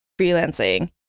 freelancing